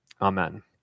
Amen